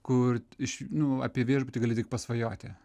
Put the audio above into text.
kur iš nu apie viešbutį gali tik pasvajoti